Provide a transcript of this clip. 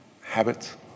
habits